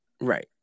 Right